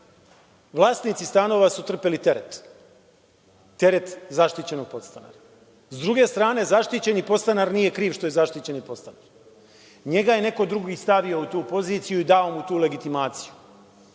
vlasnici stanova su trpeli teret, teret zaštićenog podstanara. S druge strane, zaštićeni podstanar nije kriv što je zaštićeni podstanar. Njega je neko drugi stavio u tu poziciju i dao mu tu legitimaciju.